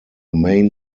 main